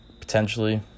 potentially